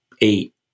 eight